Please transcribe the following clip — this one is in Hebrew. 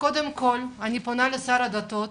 אני פונה לשר הדתות